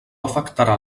afectarà